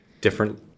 different